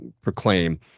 proclaim